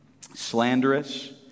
slanderous